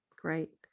great